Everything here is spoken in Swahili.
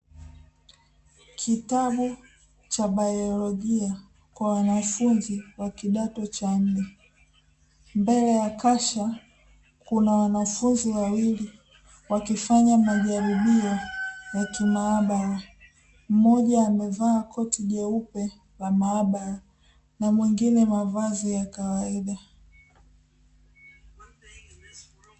Kitabu cha baiolojia kwa wanafunzi wa kidato cha nne, mbele ya kasha kuna wanafunzi wawili wakifanya majaribio ya kimaabara mmoja amevaa koti jeupe la maabara na mwingine mavazi ya kawaida.